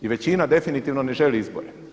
I većina definitivno ne želi izbore.